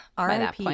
RIP